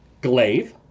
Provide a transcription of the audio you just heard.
glaive